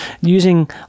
using